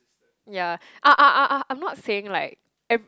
ya I I I I'm not saying like